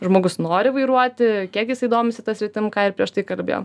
žmogus nori vairuoti kiek jisai domisi ta sritim ką ir prieš tai kalbėjom